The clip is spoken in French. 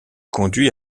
conduit